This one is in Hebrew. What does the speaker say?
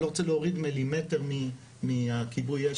אני לא רוצה להוריד מילימטר מכיבוי האש,